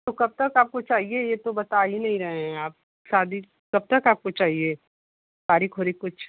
तो कब तक आपको चाहिए यह तो बता ही नहीं रहे हैं आप शादी कब तक आपको चाहिए तारीख़ वारीख़ कुछ